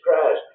Christ